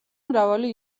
მრავალი